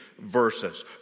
verses